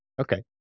Okay